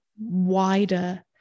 wider